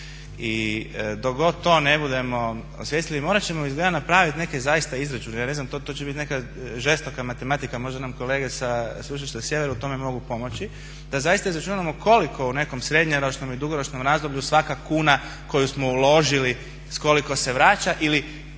god to ne budemo osvijestili morat ćemo izgleda napravit neke zaista izračune. Ja ne znam, to će bit neka žestoka matematika. Možda nam kolege sa Sveučilišta Sjever u tome mogu pomoći da zaista izračunamo koliko u nekom srednjoročnom i dugoročnom razdoblju svaka kuna koju smo uložili s koliko se vraća ili